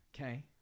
okay